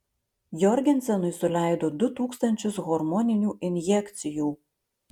jorgensenui suleido du tūkstančius hormoninių injekcijų